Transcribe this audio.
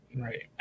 Right